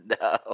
no